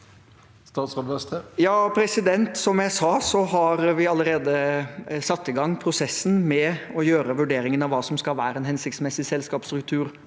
Som jeg sa, har vi allerede satt i gang prosessen med å gjøre vurderingen av hva som skal være en hensiktsmessig selskapsstruktur